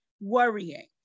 worrying